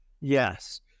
Yes